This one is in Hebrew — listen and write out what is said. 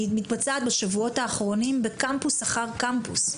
היא מתבצעת בשבועות האחרונים בקמפוס אחר קמפוס.